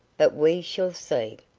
but we shall see.